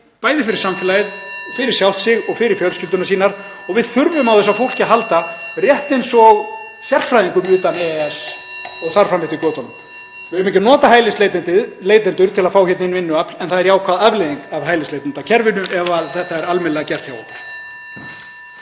fyrir samfélagið, sjálft sig og fyrir fjölskyldur sínar. (Forseti hringir.) Við þurfum á þessu fólki að halda rétt eins og sérfræðingum utan EES og þar fram eftir götunum. Við eigum ekki að nota hælisleitendur til að fá inn vinnuafl en það er jákvæð afleiðing af hælisleitendakerfinu ef þetta er almennilega gert hjá okkur.